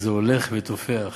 וזה הולך ותופח.